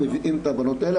מביאים את הבנות האלה.